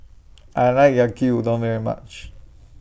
I like Yaki Udon very much